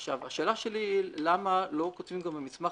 עכשיו, השאלה שלי: למה לא כותבים במסמך